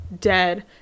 dead